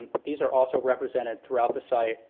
these are also represented throughout the site